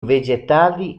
vegetali